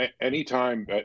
anytime